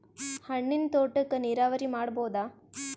ಹಣ್ಣಿನ್ ತೋಟಕ್ಕ ನೀರಾವರಿ ಮಾಡಬೋದ?